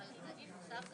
אני אבקש מכם